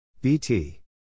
BT